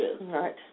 Right